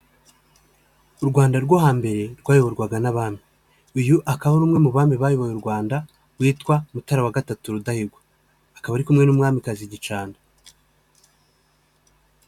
U Rwanda rwo hambere rwayoborwaga n'abantu uyu akaba ari umwe mu bami bayoboye u rwanda witwa Mutara wa gatatu Rudahigwam akaba ari kumwe n'umwamikazi Gicanda.